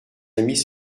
amis